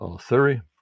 theory